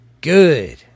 Good